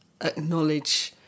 acknowledge